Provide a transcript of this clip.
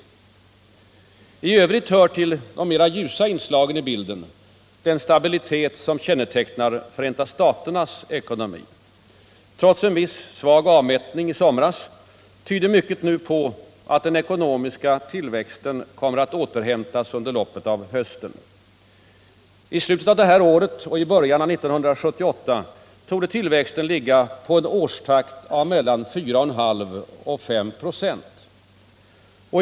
I övrigt hör till de mera ljusa inslagen i bilden den stabilitet som kännetecknar Förenta staternas ekonomi. Trots en viss svag avmattning i somras tyder mycket nu på att den ekonomiska tillväxten kommer att återhämtas under loppet av hösten. I slutet av detta år och i början av 1978 torde tillväxten ligga på en årstakt av mellan 4,5 och 5 96.